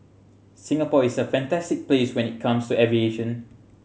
Singapore is a fantastic place when it comes to aviation